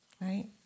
Right